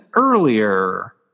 earlier